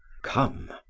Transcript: come!